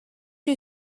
you